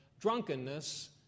drunkenness